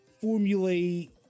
formulate